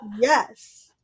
yes